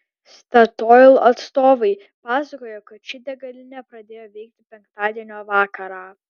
statoil atstovai pasakojo kad ši degalinė pradėjo veikti penktadienio vakarą